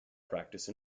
practice